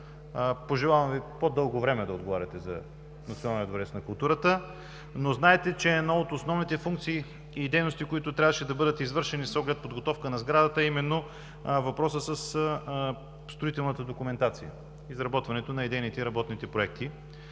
Пожелавам Ви по-дълго време да отговаряте за Националния дворец на културата, но знайте, че една от основните функции и дейности, които трябваше да бъдат извършени с оглед подготовка на сградата, е именно въпросът със строителната документация, изработването на идейните и работните проекти.